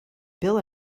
bill